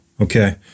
okay